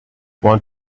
want